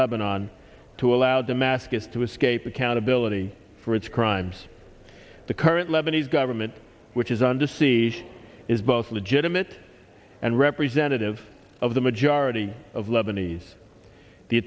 lebanon to allow damascus to escape accountability for its crimes the current lebanese government which is under siege is both legitimate and representative of the majority of lebanese the